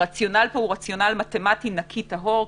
הרציונל פה הוא מתמטי טהור,